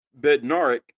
Bednarik